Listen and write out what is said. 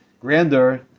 grandeur